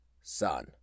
Son